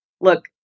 look